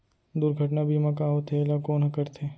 दुर्घटना बीमा का होथे, एला कोन ह करथे?